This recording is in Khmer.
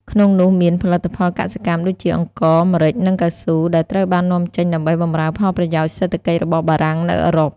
ក្នុងនោះមាន ផលិតផលកសិកម្មដូចជា អង្ករ ម្រេច និងកៅស៊ូ ដែលត្រូវបាននាំចេញដើម្បីបម្រើផលប្រយោជន៍សេដ្ឋកិច្ចរបស់បារាំងនៅអឺរ៉ុប។